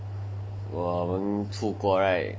我能出国 right